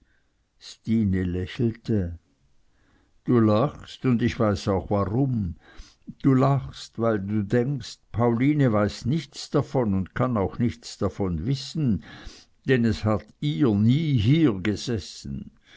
stine lächelte du lachst und ich weiß auch warum du lachst weil du denkst pauline weiß nichts davon und kann auch nichts davon wissen denn es hat ihr nie hier gesessen